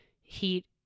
heat